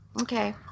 Okay